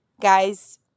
Guys